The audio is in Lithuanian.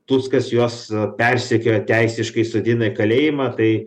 tuskas juos persekiojo teisiškai sodina į kalėjimą tai